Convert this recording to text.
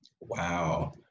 Wow